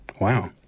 Wow